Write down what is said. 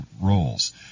roles